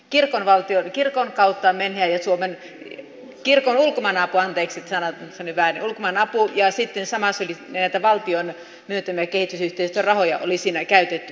kirkon valtion ja kirkon kautta menheet suomen kirkon ulkomaanapu oli siinä ja samassa oli näitä valtion myöntämiä kehitysyhteistyörahoja siinä käytetty sitten